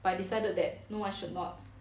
but I decided that no I should not